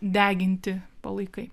deginti palaikai